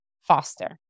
faster